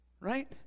right